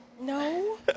No